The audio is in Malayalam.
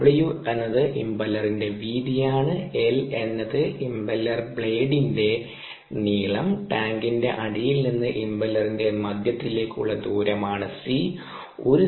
W എന്നത് ഇംപെല്ലറിന്റെ വീതിയാണ് L എന്നത് ഇംപെല്ലർ ബ്ലേഡിന്റെ നീളം ടാങ്കിന്റെ അടിയിൽ നിന്ന് ഇംപെല്ലറിന്റെ മധ്യത്തിലേക്കുള്ള ദൂരമാണ് C